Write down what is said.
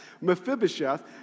Mephibosheth